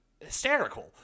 hysterical